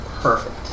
Perfect